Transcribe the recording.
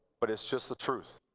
but it's just the truth.